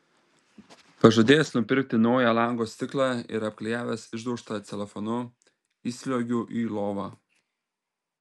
pažadėjęs nupirkti naują lango stiklą ir apklijavęs išdaužtą celofanu įsliuogiu į lovą